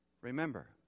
Remember